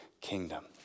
kingdom